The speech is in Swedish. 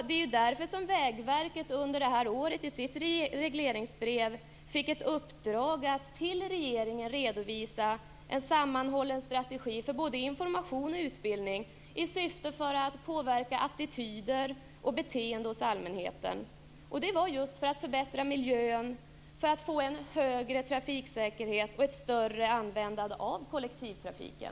Det är därför som Vägverket under det här året i sitt regleringsbrev fick ett uppdrag att för regeringen redovisa en sammanhållen strategi för både information och utbildning i syfte att påverka attityder och beteende hos allmänheten, och detta just för att förbättra miljön, för att få en högre trafiksäkerhet och ett större användande av kollektivtrafiken.